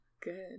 good